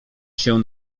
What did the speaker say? się